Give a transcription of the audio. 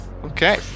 Okay